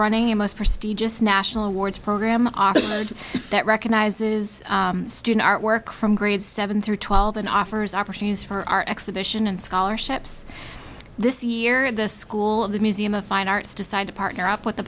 running a most prestigious national awards program authored that recognizes student artwork from grades seven through twelve and offers opportunities for our exhibition and scholarships this year the school of the museum of fine arts decided to partner up with the